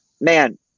man